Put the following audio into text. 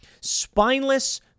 spineless